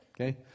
Okay